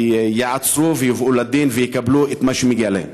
ייעצרו ויובאו לדין ויקבלו את מה שמגיע להם.